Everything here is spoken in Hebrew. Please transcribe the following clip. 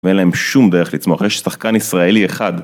ואין להם שום דרך לצמוח, יש שחקן ישראלי אחד.